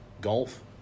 golf